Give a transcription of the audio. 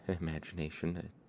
imagination